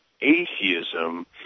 atheism